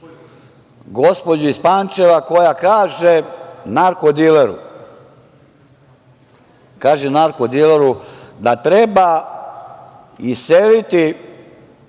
gospođu iz Pančeva koja kaže narkodileru da treba iseliti